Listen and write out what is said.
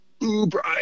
Uber